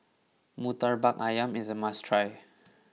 Murtabak Ayam is a must try